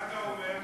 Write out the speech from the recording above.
מה אתה אומר?